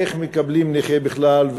איך מקבלים נכה בכלל,